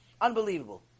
unbelievable